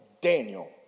Daniel